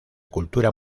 cultura